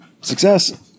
success